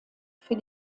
für